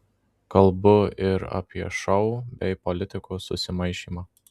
kalbu ir apie šou bei politikos susimaišymą